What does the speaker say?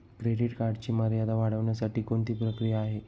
Credit कार्डची मर्यादा वाढवण्यासाठी कोणती प्रक्रिया आहे?